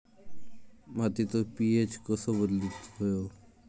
मातीचो पी.एच कसो बदलुक होयो?